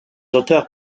auteurs